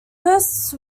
first